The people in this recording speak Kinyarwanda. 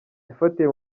yafatiwe